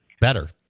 better